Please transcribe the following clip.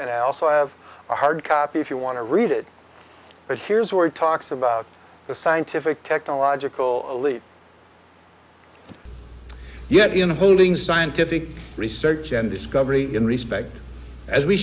and i also have a hard copy if you want to read it but here's where it talks about the scientific technological elite you know holding scientific research and discovery in respect as we